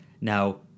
Now